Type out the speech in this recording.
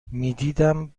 میدیدم